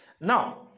Now